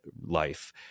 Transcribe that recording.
life